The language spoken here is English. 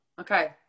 okay